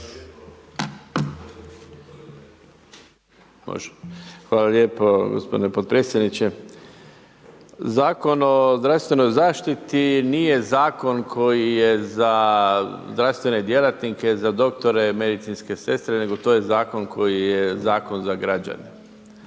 Hvala lijepo gospodine potpredsjedniče. Zakon o zdravstvenoj zaštiti nije zakon koji je za zdravstvene djelatnike, za doktore, medicinske sestre, nego to je zakon koji je zakon za građane.